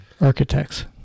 architects